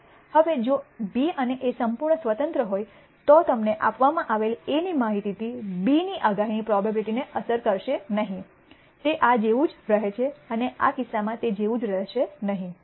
હવે જો બી અને એ સંપૂર્ણ સ્વતંત્ર હોત તો તમને આપવામાં આવેલી A ની માહિતી થી B ની આગાહીની પ્રોબેબીલીટીને અસર કરશે નહીં તે આ જેવું જ રહે છે આ કિસ્સામાં તે જેવું જ રહેશે નહીં